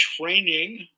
training